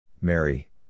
Mary